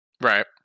Right